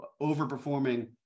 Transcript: overperforming